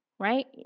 right